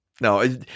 No